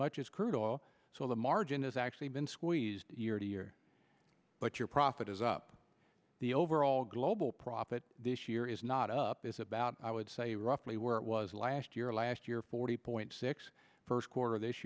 much as crude oil so the margin has actually been squeezed year to year but your profit is up the overall global profit this year is not up is about i would say roughly where it was last year last year forty point six first quarter this